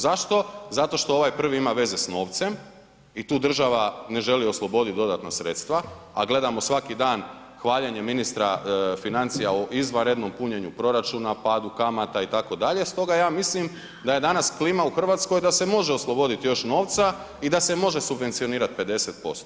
Zašto, zato što ovaj prvi ima veze s novcem i tu država ne želi osloboditi dodatna sredstva, a gledamo svaki dan hvaljenje ministra financija o izvanrednom punjenju proračuna, padu kamata, itd., stoga ja mislim da je danas klima u Hrvatskoj da se može osloboditi još novca i da se može subvencionirati 50%